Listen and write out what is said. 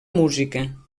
música